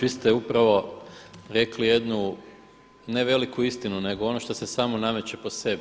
Vi ste upravo rekli jednu ne veliku istinu nego ono što se samo nameće po sebi.